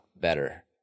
better